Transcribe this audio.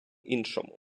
іншому